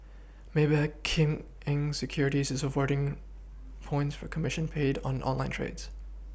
Maybank Kim Eng Securities is awarding points for commission paid on online trades